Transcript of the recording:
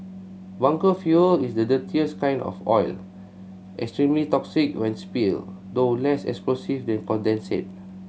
bunker fuel is the dirtiest kind of oil extremely toxic when spill though less explosive than condensate